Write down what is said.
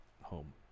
home